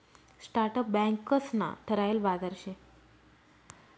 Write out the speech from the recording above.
startup बँकंस ना ठरायल बाजार शे